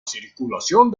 circulación